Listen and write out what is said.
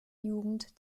jugend